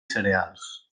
cereals